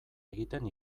egiten